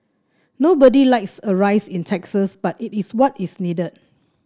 nobody likes a rise in taxes but it is what is needed